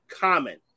common